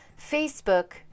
Facebook